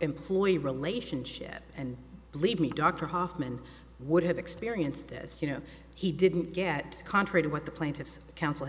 employee relationship and believe me dr hoffman would have experienced this you know he didn't get contra to what the plaintiff's counsel